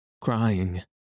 crying